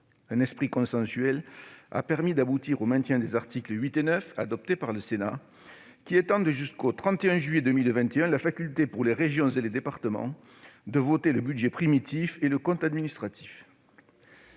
Un esprit consensuel a permis d'aboutir au maintien des articles 8 et 9, adoptés par le Sénat, qui étendent jusqu'au 31 juillet 2021 la faculté pour les régions et les départements de voter leur budget primitif et leur compte administratif.